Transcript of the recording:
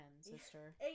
sister